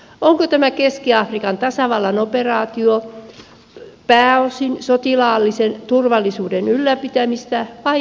onko tämä keski afrikan tasavallan operaatio pääosin sotilaallisen turvallisuuden ylläpitämistä vai jälleenrakentamista tukeva